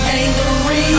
angry